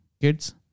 kids